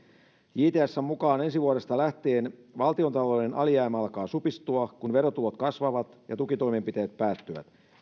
jtsn mukaan ensi vuodesta lähtien valtiontalouden alijäämä alkaa supistua kun verotulot kasvavat ja tukitoimenpiteet päättyvät